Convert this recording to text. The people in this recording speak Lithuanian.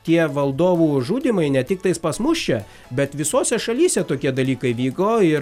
ir tie valdovų žudymai ne tik tais pas mus čia bet visose šalyse tokie dalykai vyko ir